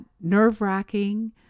nerve-wracking